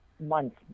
months